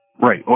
Right